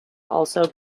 also